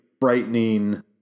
frightening